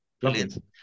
brilliant